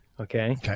Okay